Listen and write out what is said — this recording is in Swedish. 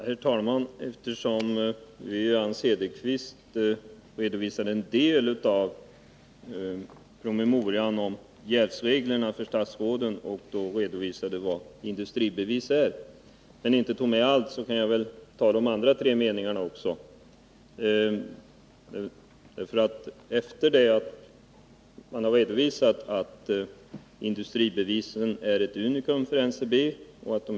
Herr talman! Eftersom Wivi-Anne Cederqvist redovisade en del av PM:en om jävsreglerna för statsråden men inte tog med allt skall jag komplettera med de övriga tre meningarna. Hon citerade redovisningen av vad industribevis är: ”Industribevisen är ett unikum för NCB.